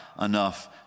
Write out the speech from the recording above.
enough